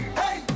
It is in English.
hey